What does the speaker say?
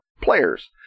players